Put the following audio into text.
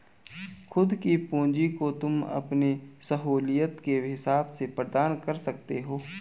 खुद की पूंजी को तुम अपनी सहूलियत के हिसाब से प्रदान कर सकते हो